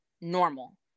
normal